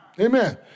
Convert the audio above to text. Amen